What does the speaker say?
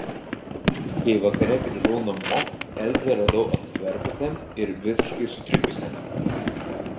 kai vakare grįžau namo elzę radau apsiverkusią ir visiškai sutrikusią